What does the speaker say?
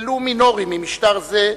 ולו מינוריים, עם משטר זה,